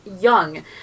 young